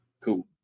cool